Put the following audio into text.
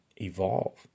evolve